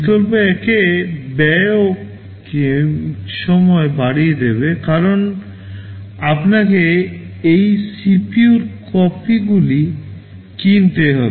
বিকল্প 1 তে ব্যয়ও কে সময় বাড়িয়ে দেবে কারণ আপনাকে এই সিপিইউ এর কপিগুলি কিনতে হবে